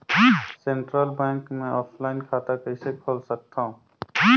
Central Bank मे offline खाता कइसे खोल सकथव?